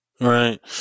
Right